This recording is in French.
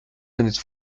honnêtes